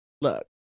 Look